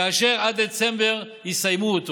כאשר עד דצמבר יסיימו אותו.